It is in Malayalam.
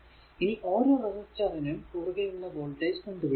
ഇനി ഓരോ റെസിസ്റ്ററിനും കുറുകെ ഉള്ള വോൾടേജ് കണ്ടു പിടിക്കുക